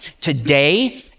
Today